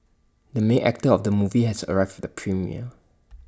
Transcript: the main actor of the movie has arrived premiere